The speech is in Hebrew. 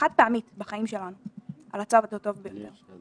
וחד פעמית בחיים שלנו על הצד הטוב ביותר.